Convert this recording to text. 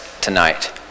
tonight